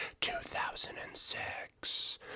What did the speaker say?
2006